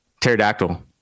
pterodactyl